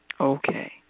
okay